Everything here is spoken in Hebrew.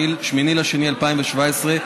8 בפברואר 2017,